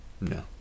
No